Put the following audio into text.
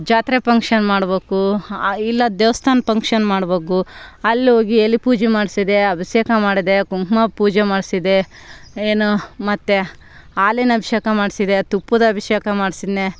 ಜಾತ್ರೆ ಪಂಕ್ಷನ್ ಮಾಡ್ಬೇಕು ಇಲ್ಲ ದೇವಸ್ಥಾನ ಪಂಕ್ಷನ್ ಮಾಡ್ಬೇಕು ಅಲ್ಲಿ ಹೋಗಿ ಎಲ್ಲಿ ಪೂಜೆ ಮಾಡಿಸಿದೆ ಅಭಿಷೇಕ ಮಾಡಿದೆ ಕುಂಕುಮ ಪೂಜೆ ಮಾಡಿಸಿದೆ ಏನು ಮತ್ತೆ ಹಾಲಿನ ಅಭಿಷೇಕ ಮಾಡಿಸಿದೆ ತುಪ್ಪದ ಅಭಿಷೇಕ ಮಾಡಿಸಿದೆನೆ